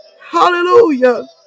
Hallelujah